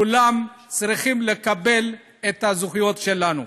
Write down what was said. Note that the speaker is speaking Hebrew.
כולם צריכים לקבל את הזכויות שלנו.